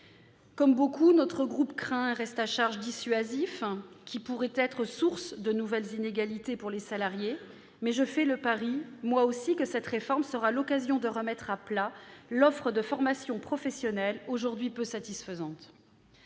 Comme beaucoup, notre groupe craint un reste à charge dissuasif qui pourrait être source de nouvelles inégalités pour les salariés. Mais je fais le pari, moi aussi, que cette réforme sera l'occasion de remettre à plat l'offre de formations professionnelles, aujourd'hui peu satisfaisante.